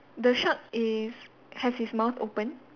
the shark is has his mouth open